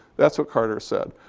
that's what carter said.